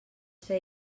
fer